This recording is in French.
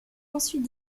ensuite